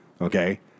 Okay